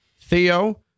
Theo